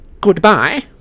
goodbye